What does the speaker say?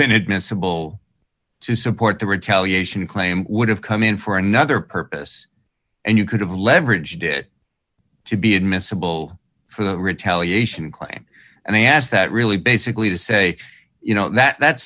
been admissible to support the retaliation claim would have come in for another purpose and you could have leveraged it to be admissible for them to retaliate and claim and i ask that really basically to say you know that that